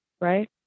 Right